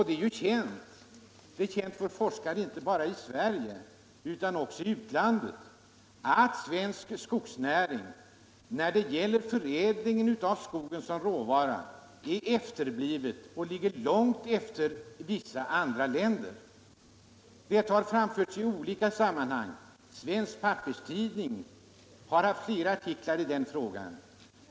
Det är känt för forskare, inte bara i Sverige utan också i utlandet, att svensk skogsnäring när det gäller förädling av skogen som råvara är efterbliven — man ligger långt efter vissa andra länder. Detta har framförts i olika sammanhang. Svensk Papperstidning har haft flera artiklar i den frågan.